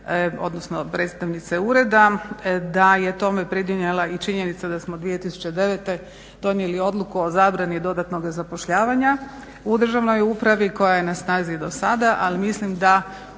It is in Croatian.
odnosno predstavnice ureda da je tome pridonijela i činjenica da smo 2009. donijeli odluku o zabrani dodatnoga zapošljavanja u državnoj upravi koja je na snazi do sada, ali mislim da